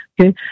Okay